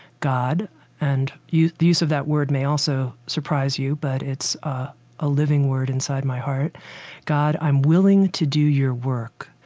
god and the use of that word may also surprise you, but it's a ah living word inside my heart god, i'm willing to do your work.